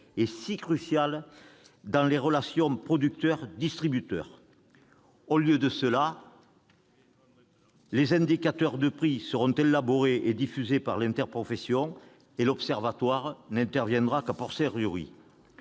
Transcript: et si cruciale dans les relations entre les producteurs et les distributeurs. Au lieu de cela, les indicateurs de prix seront élaborés et diffusés par les interprofessions, et l'observatoire n'interviendra qu'Un autre